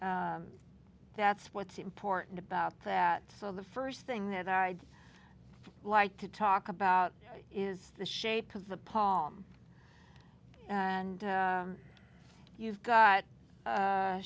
so that's what's important about that so the first thing that i'd like to talk about is the shape of the palm and you've got